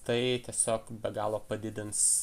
tai tiesiog be galo padidins